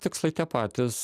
tikslai tie patys